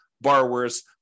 borrowers